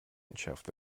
entschärft